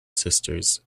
sisters